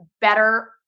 better